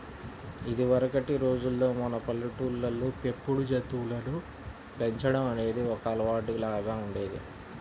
ఇదివరకటి రోజుల్లో మన పల్లెటూళ్ళల్లో పెంపుడు జంతువులను పెంచడం అనేది ఒక అలవాటులాగా ఉండేది